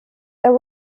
there